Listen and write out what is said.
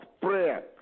prayer